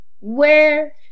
Where-